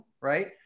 right